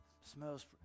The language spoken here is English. smells